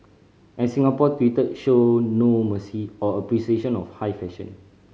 and Singapore Twitter showed no mercy or appreciation of high fashion